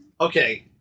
okay